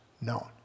known